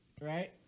right